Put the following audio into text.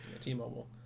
t-mobile